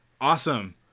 awesome